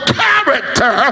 character